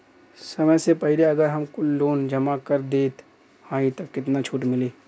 समय से पहिले अगर हम कुल लोन जमा कर देत हई तब कितना छूट मिली?